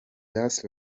just